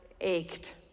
ached